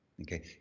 okay